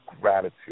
gratitude